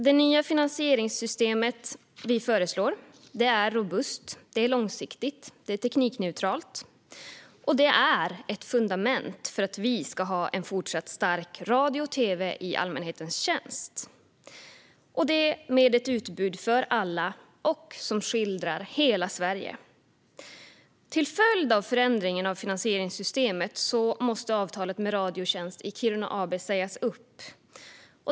Det nya finansieringssystem vi föreslår är robust, långsiktigt och teknikneutralt, och det är ett fundament för att vi ska ha en fortsatt stark radio och tv i allmänhetens tjänst med ett utbud för alla som skildrar hela Sverige. Till följd av förändringen av finansieringssystemet måste avtalet med Radiotjänst i Kiruna AB sägas upp.